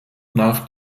nach